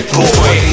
boy